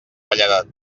velledat